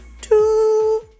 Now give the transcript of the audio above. two